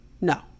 No